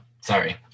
Sorry